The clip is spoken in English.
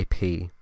IP